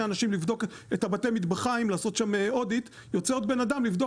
אנשים לבדוק את בתי מטבחיים -- יוצא עוד בן אדם לבדוק